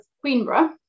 Queenborough